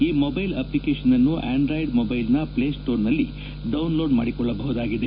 ಈ mobile application ಅನ್ನು Android ಮೊಬೈಲ್ನ ಪ್ಲೇ ಸ್ಟೋರ್ನಲ್ಲಿ ಡೌನ್ಲೋಡ್ ಮಾಡಿಕೊಳ್ಳಬಹುದಾಗಿದೆ